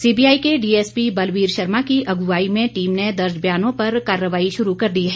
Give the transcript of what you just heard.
CBI के DSP Balbir Sharma की अगुवाई में टीम ने दर्ज बयानों पर कार्रवाई शुरू कर दी है